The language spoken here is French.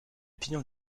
pignon